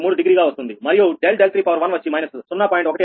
3 degree గా వస్తుంది మరియు ∆𝛿3 వచ్చి 0